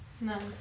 Nice